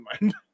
mind